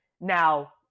Now